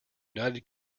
united